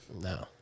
No